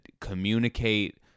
communicate